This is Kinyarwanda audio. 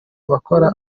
abakora